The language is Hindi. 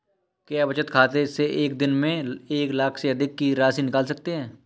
क्या बचत बैंक खाते से एक दिन में एक लाख से अधिक की राशि निकाल सकते हैं?